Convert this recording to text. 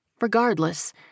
Regardless